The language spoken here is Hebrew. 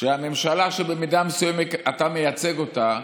שהממשלה שבמידה מסוימת אתה מייצג אותה,